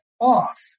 off